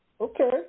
Okay